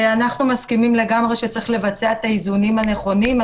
אנחנו מסכימים שצריך לבצע את האיזונים הנכונים.